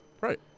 Right